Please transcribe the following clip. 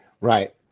Right